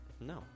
No